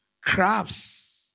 crabs